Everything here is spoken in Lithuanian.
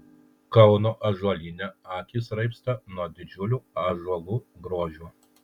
kauno ąžuolyne akys raibsta nuo didžiulių ąžuolų grožio